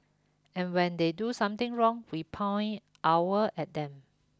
and when they do something wrong we point our at them